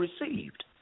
received